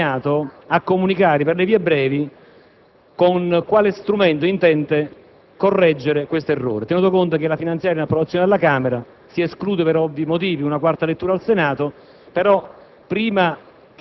il Governo si è impegnato a comunicare per le vie brevi con quale strumento intendesse correggere tale errore, tenuto conto che la finanziaria è in approvazione alla Camera e che si esclude, per ovvi motivi, una quarta lettura al Senato. Prima